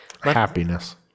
Happiness